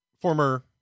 former